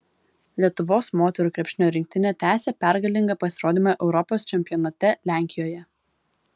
lietuvos moterų krepšinio rinktinė tęsia pergalingą pasirodymą europos čempionate lenkijoje